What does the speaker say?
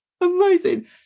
amazing